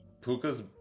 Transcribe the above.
Puka's